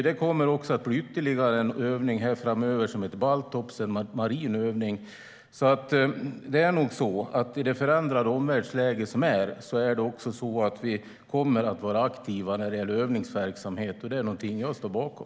Det kommer också att bli ytterligare en övning framöver. Den heter Baltops och är en marin övning. Det är nog alltså så att vi i det förändrade omvärldsläge vi ser kommer att vara aktiva när det gäller övningsverksamhet, och det är någonting jag står bakom.